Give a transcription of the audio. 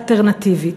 אלטרנטיבית.